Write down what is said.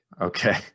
Okay